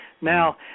Now